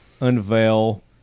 unveil